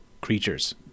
creatures